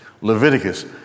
Leviticus